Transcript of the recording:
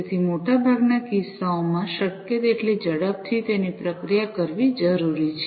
તેથી મોટાભાગના કિસ્સાઓમાં શક્ય તેટલી ઝડપથી તેની પ્રક્રિયા કરવી જરૂરી છે